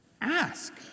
Ask